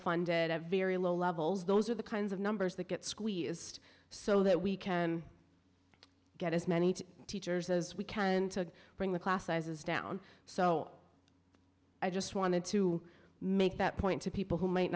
funded at very low levels those are the kinds of numbers that get squeezed so that we can get as many teachers as we can to bring the class sizes down so i just wanted to make that point to people who might